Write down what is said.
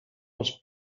was